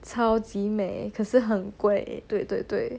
超级美可是很贵对对对